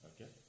Okay